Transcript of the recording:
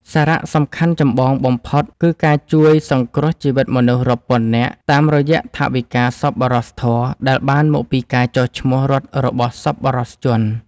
សារៈសំខាន់ចម្បងបំផុតគឺការជួយសង្គ្រោះជីវិតមនុស្សរាប់ពាន់នាក់ តាមរយៈថវិកាសប្បុរសធម៌ដែលបានមកពីការចុះឈ្មោះរត់របស់សប្បុរសជន។